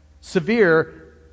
severe